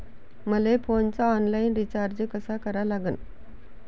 मले फोनचा online recharge कसा करा लागन?